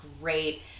great